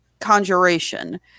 conjuration